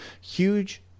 Huge